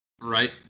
Right